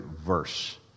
verse